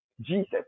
Jesus